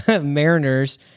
Mariners